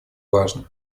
важно